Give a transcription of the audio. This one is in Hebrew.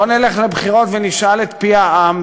בואו נלך לבחירות ונשאל את פי העם,